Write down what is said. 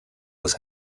was